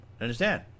Understand